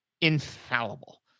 infallible